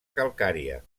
calcària